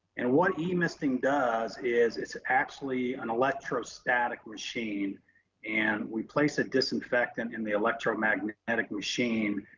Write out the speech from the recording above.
and what emisting does is it's actually an electrostatic machine and we place a disinfectant in the electromagnetic machine.